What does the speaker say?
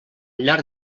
llarg